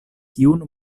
kiun